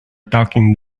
taking